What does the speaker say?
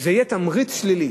זה יהיה תמריץ שלילי.